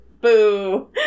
Boo